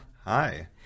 Hi